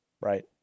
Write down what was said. right